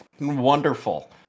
wonderful